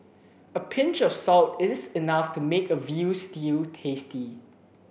a pinch of salt is enough to make a veal stew tasty